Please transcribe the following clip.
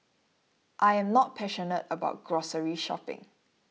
I am not passionate about grocery shopping